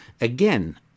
again